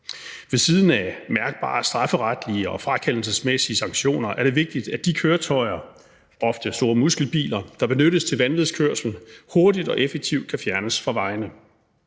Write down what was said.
Ved siden af mærkbare strafferetlige og frakendelsesmæssige sanktioner er det vigtigt, at de køretøjer, ofte store muskelbiler, der benyttes til vanvidskørsel, hurtigt og effektivt kan fjernes fra vejene.